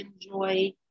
enjoy